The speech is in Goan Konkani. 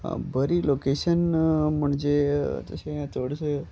बरी लोकेशन म्हणजे तशें चडशे